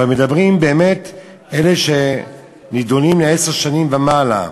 אבל מדברים באמת על אלה שנידונים לעשר שנים ומעלה,